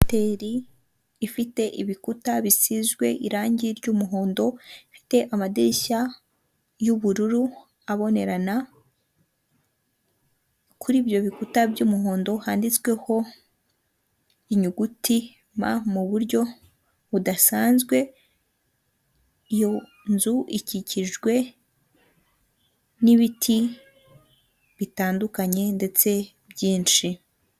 Hoteri ifite ibikuta bisizwe irangi ry'umuhondo, rifite amadirishya y'ubururu abonerana kuri ibyo bikuta by'umuhondo handitsweho inyuguti M muburyo budasanzwe, iyo nzu ikikijwe ni ibiti bitandukanye ndetse byinshi.